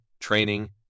training